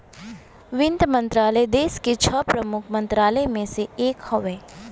वित्त मंत्रालय देस के छह प्रमुख मंत्रालय में से एक हौ